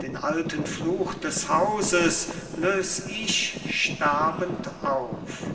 den alten fluch des hauses lös ich sterbend auf